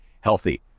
healthy